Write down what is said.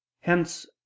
hence